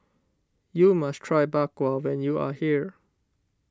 you must try Bak Kwa when you are here